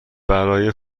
برای